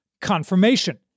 confirmation